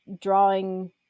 drawing